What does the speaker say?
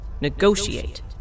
negotiate